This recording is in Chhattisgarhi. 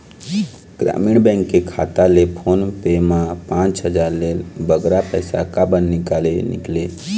ग्रामीण बैंक के खाता ले फोन पे मा पांच हजार ले बगरा पैसा काबर निकाले निकले?